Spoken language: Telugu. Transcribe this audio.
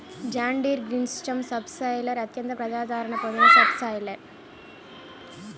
జాన్ డీర్ గ్రీన్సిస్టమ్ సబ్సోయిలర్ అత్యంత ప్రజాదరణ పొందిన సబ్ సాయిలర్